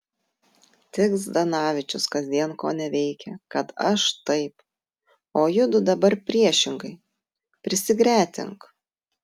tik zdanavičius kasdien koneveikia kad aš taip o judu dabar priešingai prisigretink